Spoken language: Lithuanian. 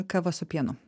kava su pienu